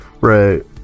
right